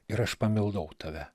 ir aš pamilau tave